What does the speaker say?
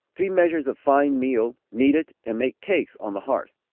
three measures of fine meal, knead it, and make cakes on the hearth.